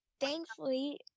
Thankfully